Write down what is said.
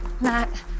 Matt